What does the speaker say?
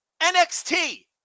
NXT